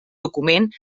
document